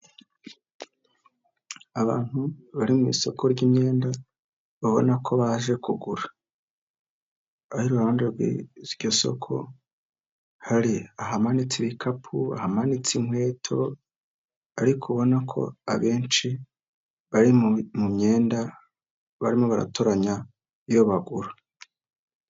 Abantu bari mu isoko ry'imyenda babona ko baje kugura ihande rw'iryo soko hari ahamanitse ibikapu, hamanitse inkweto ariko ubona ko abenshi bari mu myenda barimo baratoranya iyo bagura.